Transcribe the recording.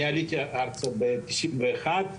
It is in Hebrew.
אני עליתי ארצה בשנת 91',